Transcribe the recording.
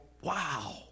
wow